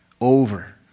over